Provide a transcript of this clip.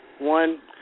One